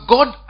God